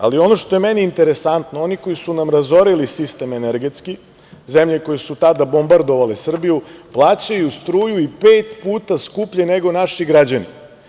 Ali, ono što je meni interesantno, oni koji su nam razorili sistem energetski, zemlje koje su tada bombardovale Srbiju, plaćaju struju i pet puta skuplje nego naši građani.